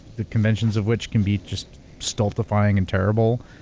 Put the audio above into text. the conventions of which can be just stultifying and terrible.